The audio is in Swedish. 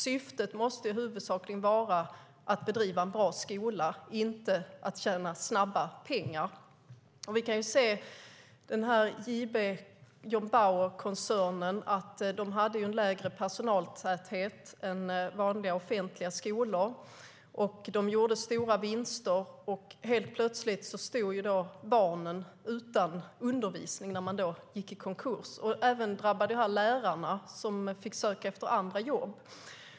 Syftet måste huvudsakligen vara att bedriva en bra skola, inte att tjäna snabba pengar. JB, John Bauer-koncernen, hade en lägre personaltäthet än vanliga offentliga skolor och gjorde stora vinster. Helt plötsligt stod sedan barnen utan undervisning när man gick i konkurs. Det drabbade också lärarna, som fick söka efter andra jobb.